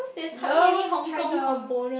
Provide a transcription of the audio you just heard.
he loves China